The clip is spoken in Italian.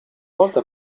volta